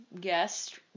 guest